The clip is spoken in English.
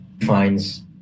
finds